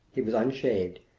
he was unshaved,